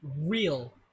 real